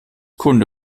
kunde